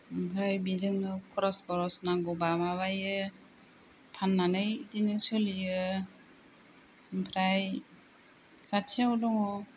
ओमफ्राय बिजोंनो खरस बरस नांगौबा माबा बायो फान्नानै बिदिनो सोलियो ओमफ्राय खाथियाव दङ